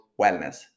wellness